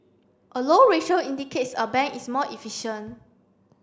a low ratio indicates a bank is more efficient